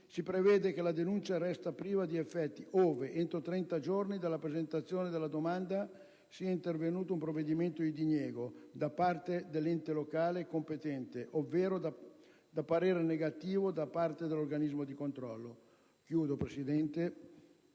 si prevede che la denuncia resta priva di effetti ove, entro trenta giorni dalla presentazione della domanda, sia intervenuto un provvedimento di diniego da parte dell'ente locale competente ovvero un parere negativo da parte dell'organismo di controllo. Concludo, signor